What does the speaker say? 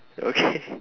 okay